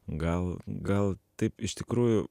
gal gal taip iš tikrųjų